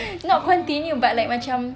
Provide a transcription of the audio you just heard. not continue but like macam